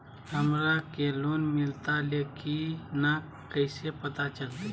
हमरा के लोन मिलता ले की न कैसे पता चलते?